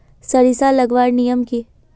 सरिसा लगवार नियम की?